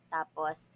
Tapos